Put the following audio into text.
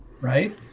Right